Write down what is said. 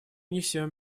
несем